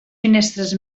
finestres